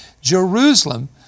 Jerusalem